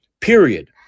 period